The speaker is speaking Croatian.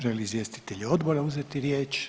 Žele li izvjestitelji odbora uzeti riječ?